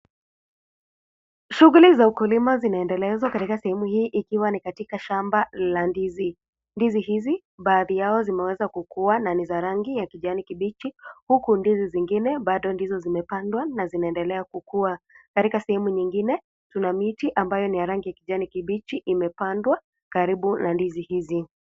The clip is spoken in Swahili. Shuguli za ukulima zinaendelezwa katika sehemu hii ikiwa ni katika shamba la ndizi. Ndizi hizi, baadhi yao zimeweza kukuwa na ni za rangi ya kijani kibichi, huku ndizi zingine bado ndizo zimepandwa na zinaendelea kukua. Katika sehemu nyingine tuna miti ambayo ni ya rangi ya kijani kibichi imepandwa karibu na ndizi hizi.